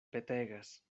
petegas